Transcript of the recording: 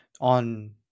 on